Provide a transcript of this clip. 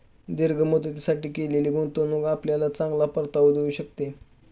दीर्घ मुदतीसाठी केलेली गुंतवणूक आपल्याला चांगला परतावा देऊ शकते